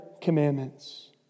commandments